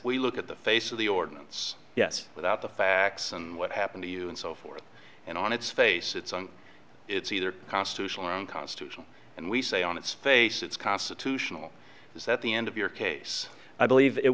we look at the face of the ordinance yes without the facts and what happened to you and so forth and on its face it's either constitutional or unconstitutional and we say on its face it's constitutional is that the end of your case i believe it